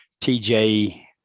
TJ